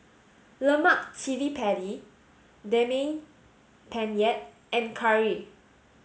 Lemak Cili Padi Daging Penyet and Curry